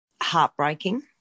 Heartbreaking